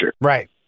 Right